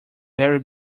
very